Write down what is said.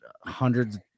hundreds